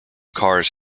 cars